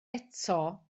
eto